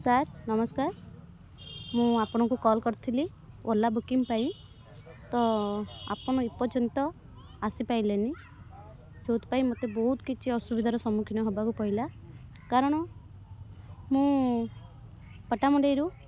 sir ନମସ୍କାର୍ ମୁଁ ଆପଣଙ୍କୁ କଲ୍ କରିଥିଲି ଓଲା ବୁକିଙ୍ଗ୍ ପାଇଁ ତ ଆପଣ ଏପର୍ଯ୍ୟନ୍ତ ଆସିପାରିଲେନି ଯେଉଁଥି ପାଇଁ ମୋତେ ବହୁତ କିଛି ଅସୁବିଧାର ସମ୍ମୁଖୀନ ହେବାକୁ ପଡ଼ିଲା କାରଣ ମୁଁ ପଟାମୁଣ୍ଡେଇରୁ